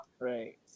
right